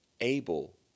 able